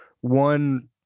one